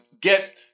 get